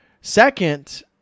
Second